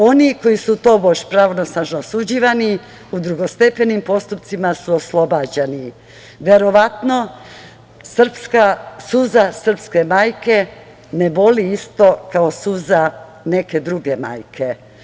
Oni koji su tobože pravnosnažno osuđivani u drugostepenim postupcima su oslobađani, verovatno, suza srpske majke ne boli isto, kao suza neke druge majke.